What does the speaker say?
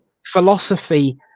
philosophy